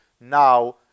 now